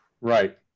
Right